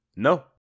No